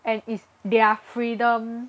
and is their freedom